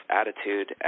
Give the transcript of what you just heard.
attitude